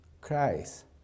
Christ